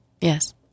Yes